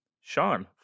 Sean